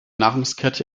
nahrungskette